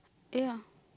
eh ya